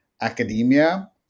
academia